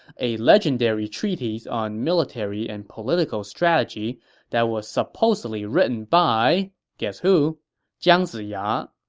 a legendary treatise on military and political strategy that was supposedly written by guess who jiang ziya,